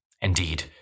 Indeed